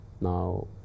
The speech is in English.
Now